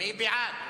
מי בעד?